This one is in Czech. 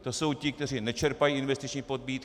To jsou ti, kteří nečerpají investiční pobídky.